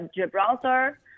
Gibraltar